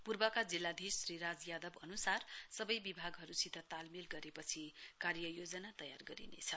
पूर्वका जिल्लाधीश श्री राज यादव अनुसार सबै बिभागहरूसित तालमेल गरेपछि कार्ययोजना तयार गरिनेछ